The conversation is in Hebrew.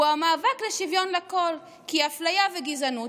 הוא המאבק לשוויון לכול כי אפליה וגזענות